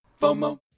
FOMO